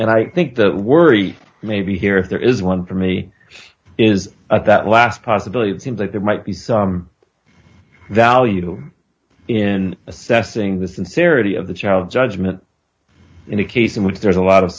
and i think the worry maybe here if there is one for me is that last possibility seems like there might be some value in assessing the sincerity of the child judgement in a case in which there is a lot of